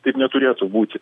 taip neturėtų būti